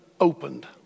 opened